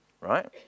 right